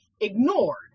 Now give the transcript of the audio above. ignored